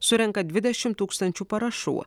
surenka dvidešimt tūkstančių parašų